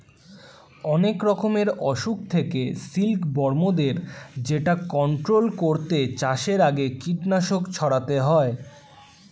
অনেক রকমের অসুখ থেকে সিল্ক বর্মদের যেটা কন্ট্রোল করতে চাষের আগে কীটনাশক ছড়াতে হয়